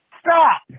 Stop